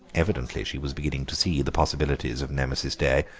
evidently she was beginning to see the possibilities of nemesis day.